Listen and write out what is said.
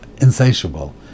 insatiable